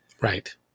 Right